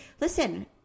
listen